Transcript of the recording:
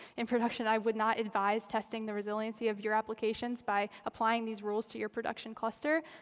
in production, i would not advise testing the resiliency of your applications by applying these rules to your production cluster,